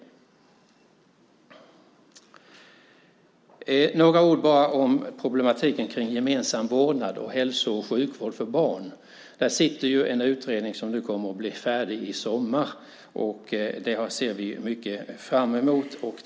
Jag vill också säga några ord om problematiken kring gemensam vårdnad och hälso och sjukvård för barn. En utredning kommer att bli färdig i sommar, och det ser vi fram emot mycket.